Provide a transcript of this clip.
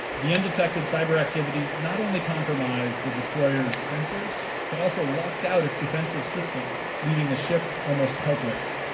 the undetected cyber activity not only compromised the destroyers sensors, but also knocked out its defensive systems, leaving the ship almost helpless.